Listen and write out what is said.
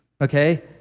okay